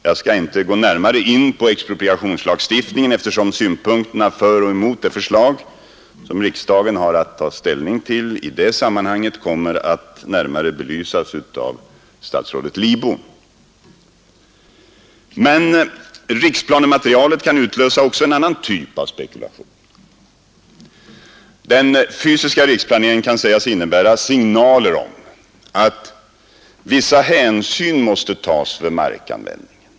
Jag skall inte gå närmare in på expropriationslagstiftningen, eftersom synpunkterna för och mot det förslag som riksdagen har att ta ställning till i det sammanhanget kommer att närmare belysas av statsrådet Lidbom. Men riksplanematerialet kan utlösa också en annan typ av spekulation. Den fysiska riksplaneringen kan sägas innebära signaler om att vissa hänsyn måste tas vid markanvändningen.